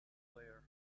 player